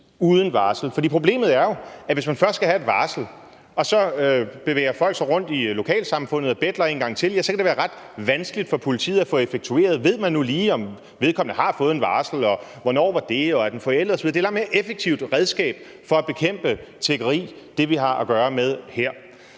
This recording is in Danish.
uden varsel. For problemet er jo, at hvis man først skal have et varsel og så bevæger sig rundt i lokalsamfundet og betler en gang til, kan det være ret vanskeligt for politiet at få det effektueret: Ved man nu lige, om vedkommende har fået et varsel, hvornår var det, er det forældet osv.? Det, vi har at gøre med her, er et langt mere effektivt redskab for at bekæmpe tiggeri, og derfor må jeg